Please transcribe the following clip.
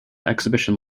exhibition